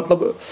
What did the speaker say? مطلب